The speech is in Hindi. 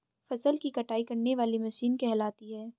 फसल की कटाई करने वाली मशीन कहलाती है?